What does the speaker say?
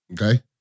Okay